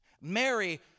Mary